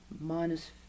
minus